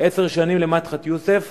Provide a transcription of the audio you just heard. עשר שנים למדחת יוסף